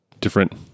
different